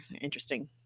interesting